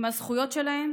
עם הזכויות שלהם,